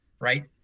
right